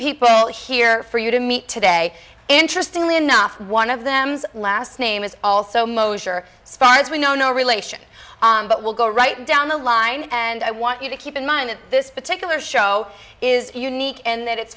people here for you to meet today interestingly enough one of them last name is also mosher so far as we know no relation but will go right down the line and i want you to keep in mind that this particular show is unique in that it's